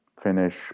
Finish